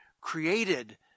created